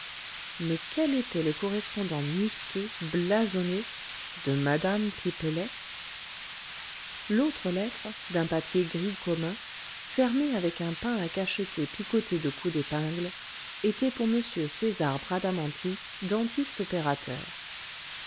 mais quel était le correspondant musqué blasonné de mme pipelet l'autre lettre d'un papier gris commun fermée avec un pain à cacheter picoté de coups d'épingle était pour m césar bradamanti dentiste opérateur